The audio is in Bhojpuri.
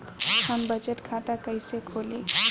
हम बचत खाता कइसे खोलीं?